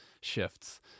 shifts